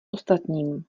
ostatním